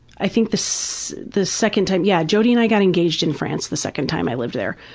i think the so the second time, yeah jodi and i got engaged in france the second time i lived there.